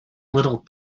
little